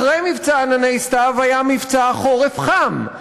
אחרי מבצע "ענני סתיו" היה מבצע "חורף חם",